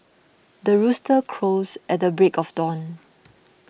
the rooster crows at the break of dawn